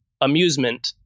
amusement